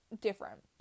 different